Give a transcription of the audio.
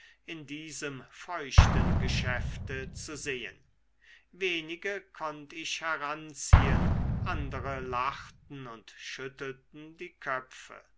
in diesem feuchten geschäfte zu sehen wenige konnt ich heranziehen andere lachten und schüttelten die köpfe